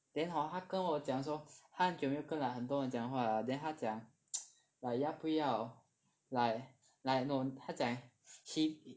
then hor 他跟我讲说他也没有跟很多人讲话 liao then 他讲我要不要 like no 他讲